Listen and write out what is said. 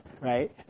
right